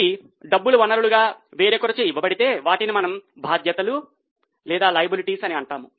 అవి డబ్బుల వనరులుగా వేరొకరిచే ఇవ్వబడితే వాటిని మనము బాధ్యతలు అని అంటాము